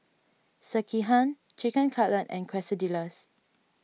Sekihan Chicken Cutlet and Quesadillas